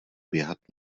běhat